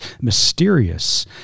mysterious